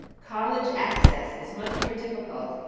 college access is much more difficult,